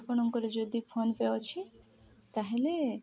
ଆପଣଙ୍କର ଯଦି ଫୋନ୍ପେ ଅଛି ତା'ହେଲେ